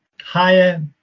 higher